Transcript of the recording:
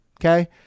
okay